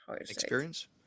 experience